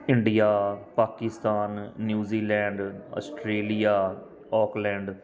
India Pakistan New Zealand Australia Auckland